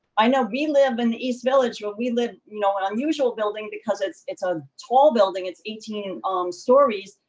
i know we live in the east village where we live, you know, an unusual building because it's it's a tall building, it's eighteen stories,